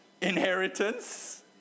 inheritance